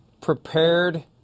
prepared